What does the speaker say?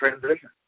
transition